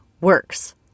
works